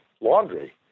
laundry